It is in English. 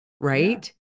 right